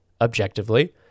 objectively